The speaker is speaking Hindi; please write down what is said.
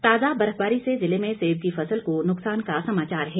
ताजा बर्फबारी से जिले में सेब की फसल को नुकसान का समाचार है